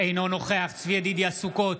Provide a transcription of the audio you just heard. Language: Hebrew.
אינו נוכח צבי ידידיה סוכות,